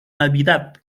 navidad